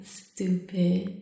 stupid